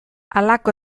halako